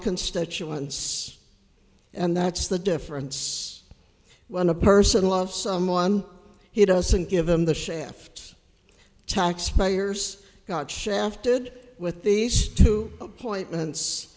constituents and that's the difference when a person love someone he doesn't give them the shaft taxpayers got shafted with these two appointments